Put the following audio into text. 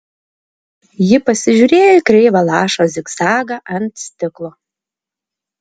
ji pasižiūrėjo į kreivą lašo zigzagą ant stiklo